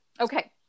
Okay